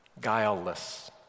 guileless